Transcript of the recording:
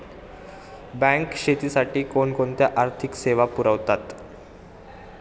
Bank शेतीसाठी कोणकोणत्या आर्थिक सेवा पुरवते?